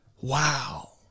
Wow